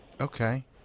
Okay